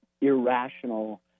irrational